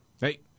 Hey